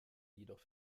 jedoch